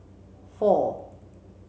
four